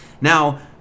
Now